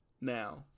Now